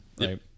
right